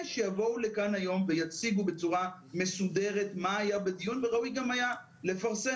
שיבואו לכאן היום ויציגו בצורה מסודרת מה היה בדיון וראוי גם היה לפרסם,